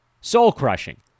Soul-crushing